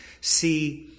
see